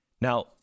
now